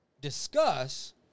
discuss